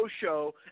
show